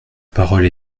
parole